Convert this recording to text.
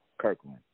Kirkland